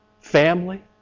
family